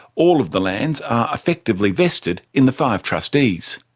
all of the lands are effectively vested in the five trustees.